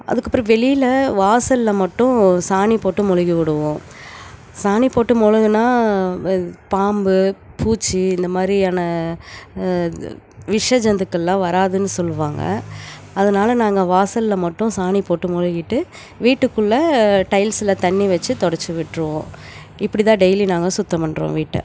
அதுக்கப்புறோம் வெளியில் வாசலில் மட்டும் சாணி போட்டு மொழுகி விடுவோம் சாணி போட்டு மொழுகுனா பாம்பு பூச்சி இந்த மாதிரியான விஷ ஜந்துக்கள்லாம் வராதுன்னு சொல்லுவாங்க அதனால நாங்கள் வாசலில் மட்டும் சாணி போட்டு மொழுகிட்டு வீட்டுக்குள்ளே டைல்ஸில் தண்ணி வெச்சு துடச்சி விட்டிருவோம் இப்படி தான் டெய்லி நாங்கள் சுத்தம் பண்ணுறோம் வீட்டை